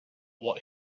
what